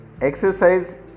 exercise